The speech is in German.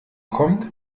kommt